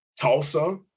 Tulsa